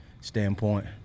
standpoint